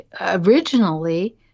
originally